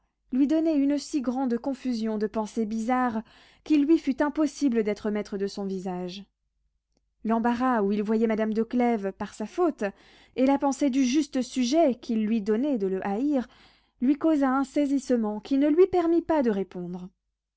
lui donnait une si grande confusion de pensées bizarres qu'il lui fut impossible d'être maître de son visage l'embarras où il voyait madame de clèves par sa faute et la pensée du juste sujet qu'il lui donnait de le haïr lui causa un saisissement qui ne lui permit pas de répondre